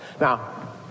Now